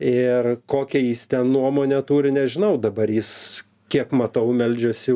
ir kokią jis ten nuomonę turi nežinau dabar jis kiek matau meldžiasi